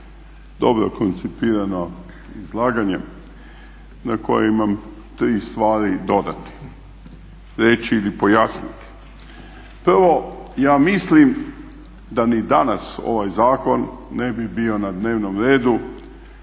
Dobro koncipirano izlaganje na koje imam tri stvari dodati, reći ili pojasniti. Prvo, ja mislim da ni danas ovaj zakon ne bi bio na dnevnom redu